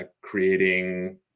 creating